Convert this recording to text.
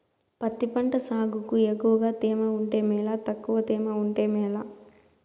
పత్తి పంట సాగుకు ఎక్కువగా తేమ ఉంటే మేలా తక్కువ తేమ ఉంటే మేలా?